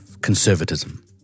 conservatism